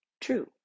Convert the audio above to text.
true